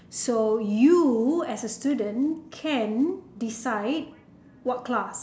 so you as a student can decide what class